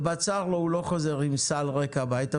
ובצר לו הוא לא חוזר עם סל ריק הביתה,